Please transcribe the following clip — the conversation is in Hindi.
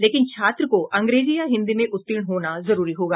लेकिन छात्र को अंग्रेजी या हिन्दी में उत्तीर्ण होना जरूरी होगा